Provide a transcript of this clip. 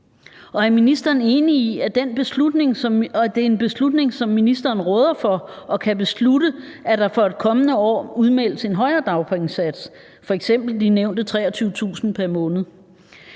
Og er ministeren enig i, at det er en beslutning, som ministeren råder for, og hvor han kan beslutte, at der for et kommende år udmeldes en højere dagpengesats, f.eks. de nævnte 23.000 kr. pr. måned?